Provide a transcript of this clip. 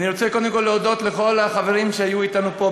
אני רוצה קודם כול להודות לכל החברים שהיו אתנו פה,